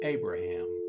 Abraham